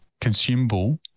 consumable